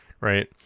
right